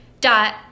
dot